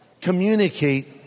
communicate